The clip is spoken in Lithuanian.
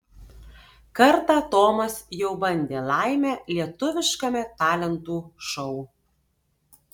kartą tomas jau bandė laimę lietuviškame talentų šou